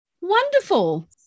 wonderful